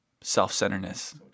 self-centeredness